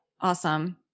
Awesome